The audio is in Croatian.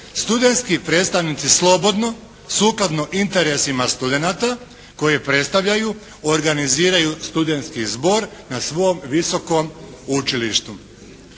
Studentski predstavnici slobodno, sukladno interesima studenata koje predstavljaju organiziraju studentski zbor na svom visokom učilištu.